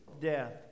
death